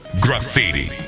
Graffiti